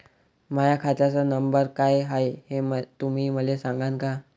माह्या खात्याचा नंबर काय हाय हे तुम्ही मले सागांन का?